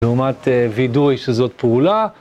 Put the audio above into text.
לעומת וידוי שזאת פעולה.